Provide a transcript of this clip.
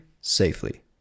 safely